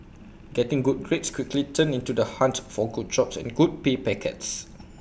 getting good grades quickly turned into the hunt for good jobs and good pay packets